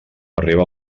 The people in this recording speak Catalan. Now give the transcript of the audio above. arriba